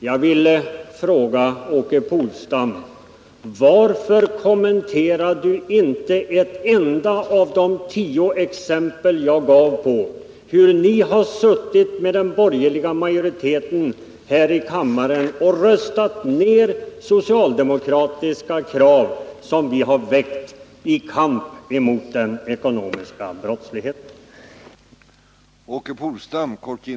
Jag vill fråga Åke Polstam: Varför kommenterar ni inte ett enda av de tio exempel som jag gåv på hur ni har suttit med den borgerliga majoriteten här i kammaren och röstat ned socialdemokratiska krav som vi har rest i kamp mot den ekonomiska brottsligheten?